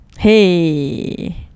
Hey